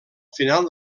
final